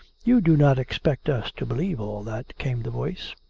you do not expect us to believe all that! came the voice.